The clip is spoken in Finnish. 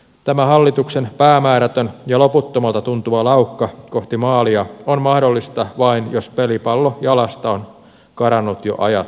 tämä hallituksen päämäärätön ja loputtomalta tuntuva laukka kohti maalia on mahdollista vain jos pelipallo jalasta on karannut jo ajat sitten